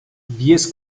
diez